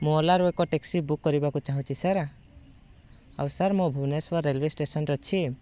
ମୁଁ ଓଲାରୁ ଏକ ଟ୍ୟାକ୍ସି ବୁକ୍ କରିବାକୁ ଚାହୁଁଛି ସାର୍ ଆଉ ସାର୍ ମୁଁ ଭୁବନେଶ୍ୱର ରେଲୱେ ଷ୍ଟେସନରେ ଅଛି